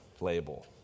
label